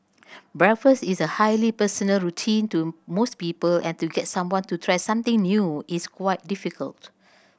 breakfast is a highly personal routine to most people and to get someone to try something new is quite difficult